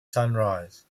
sunrise